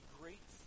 great